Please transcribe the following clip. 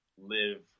live